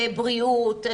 ומערכת הבריאות,